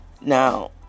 now